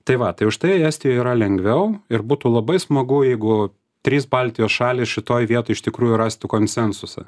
tai va tai už štai estijoj yra lengviau ir būtų labai smagu jeigu trys baltijos šalys šitoj vietoj iš tikrųjų rastų konsensusą